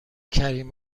کریم